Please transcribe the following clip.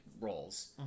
roles